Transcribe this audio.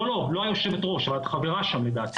לא כיושבת-ראש, אבל את חברה שם לדעתי.